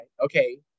Okay